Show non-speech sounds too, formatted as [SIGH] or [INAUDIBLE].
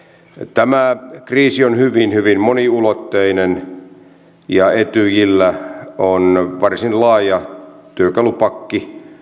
tämä kriisi on hyvin hyvin moniulotteinen ja etyjillä on varsin laaja työkalupakki [UNINTELLIGIBLE]